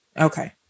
Okay